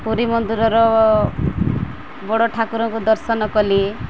ପୁରୀ ମନ୍ଦିରର ବଡ଼ ଠାକୁରଙ୍କୁ ଦର୍ଶନ କଲି